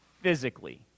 physically